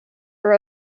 her